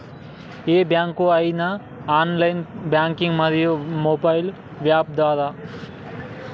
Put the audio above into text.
ఏ bank కి ఐనా online banking మరియు మొబైల్ యాప్ ఉందా?